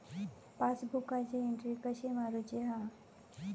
पासबुकाची एन्ट्री कशी मारुची हा?